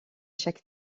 chaque